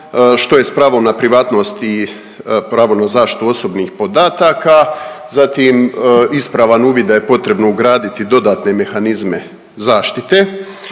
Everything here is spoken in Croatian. što je s pravom na privatnost i pravo na zaštitu osobnih podataka, zatim ispravan uvid da je potrebno ugraditi dodatne mehanizme zaštite